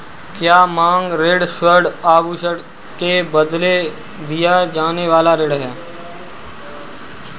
क्या मांग ऋण स्वर्ण आभूषण के बदले दिया जाने वाला ऋण है?